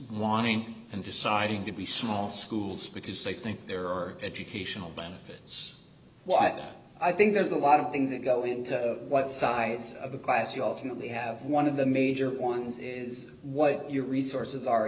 launching and deciding to be small schools because they think there are educational benefits what i think there's a lot of things that go into what size of a class you ultimately have one of the major ones is what your resources are